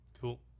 Cool